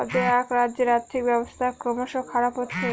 অ্দেআক রাজ্যের আর্থিক ব্যবস্থা ক্রমস খারাপ হচ্ছে